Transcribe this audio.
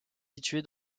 située